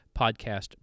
Podcast